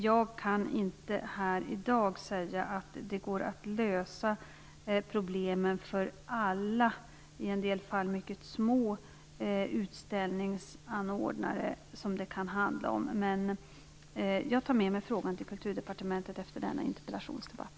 Jag kan inte här i dag säga att det går att lösa problemen för alla, i en del fall mycket små, utställningsanordnare som det kan handla om. Men jag tar med mig frågan till Kulturdepartementet efter denna interpellationsdebatt.